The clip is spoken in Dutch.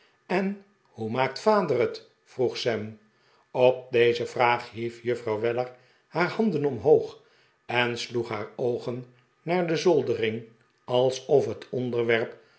en hoe maakt vader het vroeg sam op deze vraag hief juffrouw weller haar handen omhoog en sloeg haar oogen naar de zoldering alsof het onderwerp